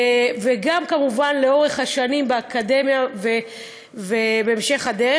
וגם כמובן לאורך השנים באקדמיה ובהמשך הדרך.